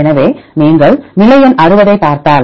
எனவே நீங்கள் நிலை எண் 60 ஐப் பார்த்தால்